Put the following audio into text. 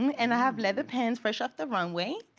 and i have leather pants, fresh off the runway,